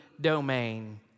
domain